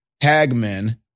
Hagman